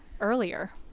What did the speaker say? earlier